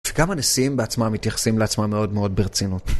וגם הנשיאים בעצמם מתייחסים לעצמם מאוד מאוד ברצינות.